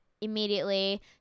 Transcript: immediately